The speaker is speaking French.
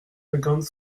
cinquante